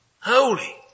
Holy